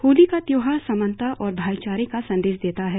होली का त्योहार समानता और भाईचारे का संदेश देता है